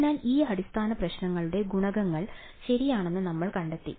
അതിനാൽ ഈ അടിസ്ഥാന പ്രവർത്തനങ്ങളുടെ ഗുണകങ്ങൾ ശരിയാണെന്ന് നമ്മൾ കണ്ടെത്തി